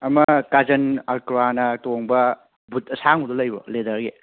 ꯑꯃ ꯀꯥꯖꯟ ꯑꯀ꯭ꯔꯥꯅ ꯇꯣꯡꯕ ꯕꯨꯠ ꯑꯁꯥꯡꯕꯗꯣ ꯂꯩꯕ꯭ꯔꯣ ꯂꯦꯗꯔꯒꯤ